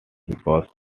because